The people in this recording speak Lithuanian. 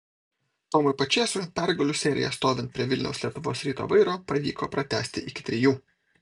tomui pačėsui pergalių seriją stovint prie vilniaus lietuvos ryto vairo pavyko pratęsti iki trijų